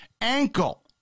Ankle